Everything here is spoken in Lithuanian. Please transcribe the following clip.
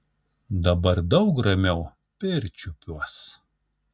dabar daug ramiau pirčiupiuos